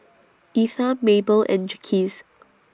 Etha Mable and Jaquez